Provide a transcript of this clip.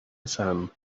hassan